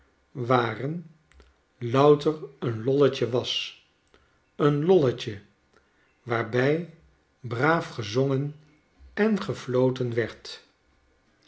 waren louter een lolletje was een lolletje waarby braaf gezongen en gefloten werd